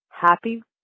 happy